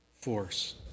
force